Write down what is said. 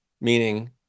Meaning